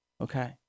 okay